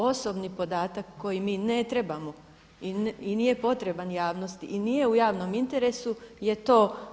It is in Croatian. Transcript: Osobni podatak koji mi ne trebamo i nije potreban javnosti i nije u javnom interesu je to.